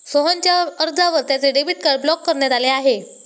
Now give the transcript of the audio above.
सोहनच्या अर्जावर त्याचे डेबिट कार्ड ब्लॉक करण्यात आले आहे